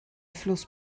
fluss